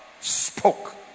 Spoke